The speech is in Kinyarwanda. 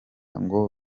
ngo